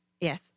yes